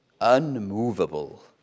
unmovable